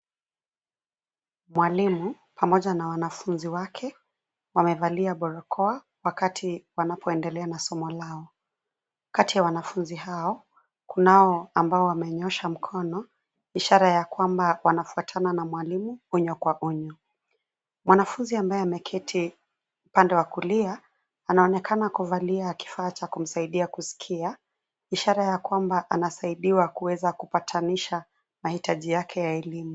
Mwalimu pamoja na wanafunzi wake wamevalia barakoa wakati wanapoendelea na somo lao. Kati ya wanafunzi hao kunao ambao wamenyosha mkono, ishara ya kwamba wanafuatana na mwalimu unyu kwa unyu. Mwanafunzi ambaye ameketi upande wa kulia anaonekana kuvalia kifaa cha kumsaidia kusikia ishara ya kwamba anasiadiwa kuweza kupatanisha mahitaji yake ya elimu.